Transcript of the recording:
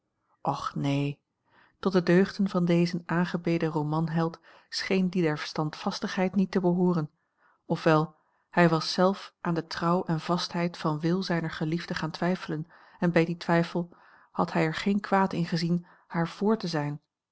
och neen tot de deugden van dezen aangebeden romanheld scheen die der standvastigheid niet te behooren of wel hij was zelf aan de trouw en vastheid van wil zijner geliefde gaan twijfelen en bij dien twijfel had hij er geen kwaad in gezien haar vr te zijn